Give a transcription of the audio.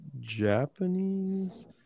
Japanese